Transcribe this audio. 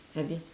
have you